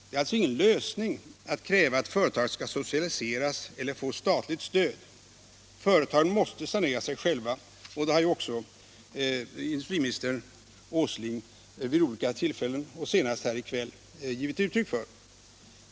Det är alltså ingen lösning att kräva att företag skall socialiseras och få statligt stöd. Företagen måste sanera sig själva. Det har också industriminister Åsling vid olika tillfällen, senast här i kväll, givit uttryck för.